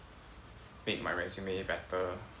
make my resume better